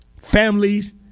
families